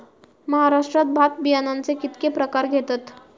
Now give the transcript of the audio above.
महाराष्ट्रात भात बियाण्याचे कीतके प्रकार घेतत?